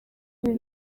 byo